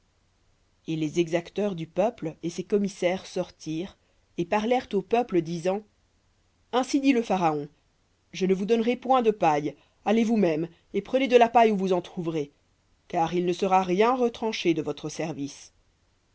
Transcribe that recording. et les exacteurs du peuple et ses commissaires sortirent et parlèrent au peuple disant ainsi dit le pharaon je ne vous donnerai point de paille allez vous-mêmes et prenez de la paille où vous en trouverez car il ne sera rien retranché de votre service